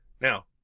Now